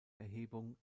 erhebung